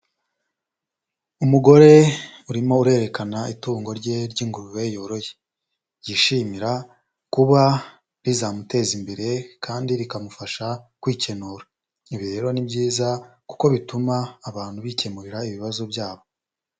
Umugore urimo urerekana itungo rye ry'ingurube yoroye, yishimira kuba rizamuteza imbere kandi rikamufasha kwikenura, ibi rero ni byiza kuko bituma abantu bikemurira ibibazo byabo.